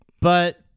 But-